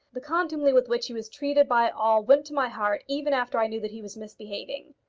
the contumely with which he was treated by all went to my heart even after i knew that he was misbehaving.